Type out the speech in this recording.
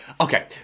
Okay